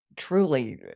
Truly